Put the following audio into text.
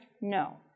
No